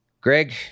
greg